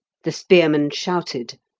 the spearmen shouted.